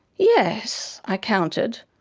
yes i countered,